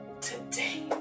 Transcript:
today